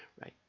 right